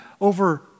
over